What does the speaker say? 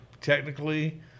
technically